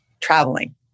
traveling